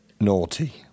naughty